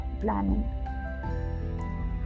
planning